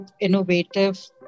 innovative